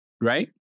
right